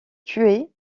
tuer